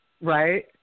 Right